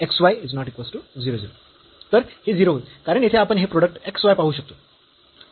तर हे 0 होईल कारण येथे आपण हे प्रोडक्ट x y पाहू शकतो